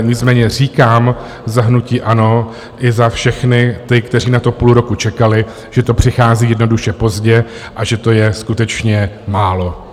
Nicméně říkám za hnutí ANO i za všechny ty, kteří na to půl roku čekali, že to přichází jednoduše pozdě, a že to je skutečně málo.